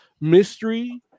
mystery